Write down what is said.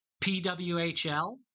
PWHL